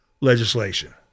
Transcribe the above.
legislation